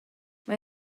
mae